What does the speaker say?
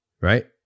Right